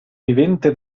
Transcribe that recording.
vivente